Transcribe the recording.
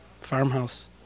Farmhouse